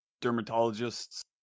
dermatologist's